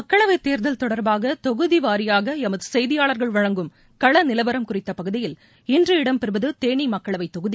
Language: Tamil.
மக்களவைத் தேர்தல் தொடர்பாகதொகுதிவாரியாகளமதசெய்தியாளர்கள் வழங்கும் களநிலவரம் குறித்தபகுதியில் இன்று இடம்பெறுவதுதேனிமக்களவைத் தொகுதி